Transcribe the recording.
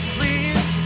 Please